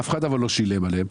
אף אחד אבל לא שילם עליהן,